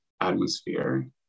atmosphere